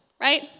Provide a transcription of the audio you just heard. Right